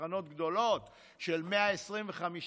תחנות גדולות של 125,